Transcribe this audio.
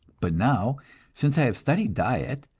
but now since i have studied diet,